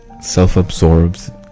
self-absorbed